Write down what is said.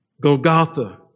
Golgotha